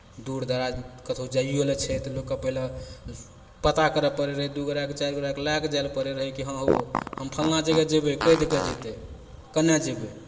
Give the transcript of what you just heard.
दूर दराज कतहु जाइओ लेल छै तऽ लोकके पहिले पता करय पड़ैत रहै दू गोटाके चारि गोटाकेँ लए कऽ जाइ लेल पड़ैत रहै कि हँ हौ हम फल्लाँ जगह जेबै कै दऽ कऽ जेतै केन्नऽ जेबै